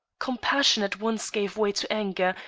compassion at once gave way to anger,